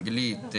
אנגלית,